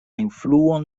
influon